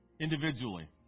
individually